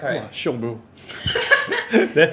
!wah! shiok bro then